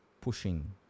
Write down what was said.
pushing